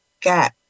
got